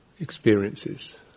experiences